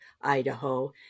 idaho